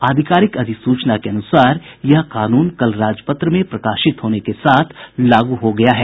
आधिकारिक अधिसूचना के अनुसार यह कानून कल राजपत्र में प्रकाशित होने के साथ लागू हो गया है